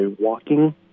walking